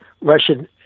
Russian